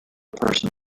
person